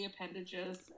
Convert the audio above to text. appendages